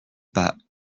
pas